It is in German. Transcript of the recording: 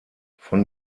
von